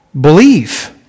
believe